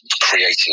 creating